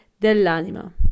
dell'anima